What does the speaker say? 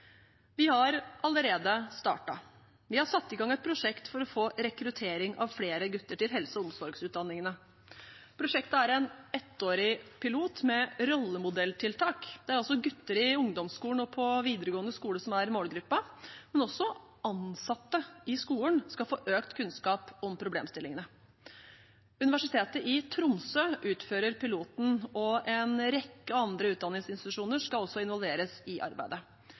Vi har allerede startet. Vi har satt i gang et prosjekt for å få rekruttering av flere gutter til helse- og omsorgsutdanninger. Prosjektet er en ettårig pilot med rollemodelltiltak. Det er altså gutter i ungdomsskolen og på videregående skole som er målgruppen, men også ansatte i skolen skal få økt kunnskap om problemstillingene. Universitetet i Tromsø utfører piloten, og en rekke andre utdanningsinstitusjoner skal også involveres i arbeidet.